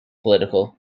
political